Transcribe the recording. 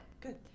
Good